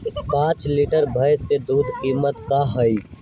पाँच लीटर भेस दूध के कीमत का होई?